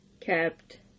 kept